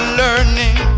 learning